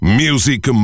music